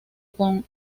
con